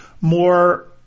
more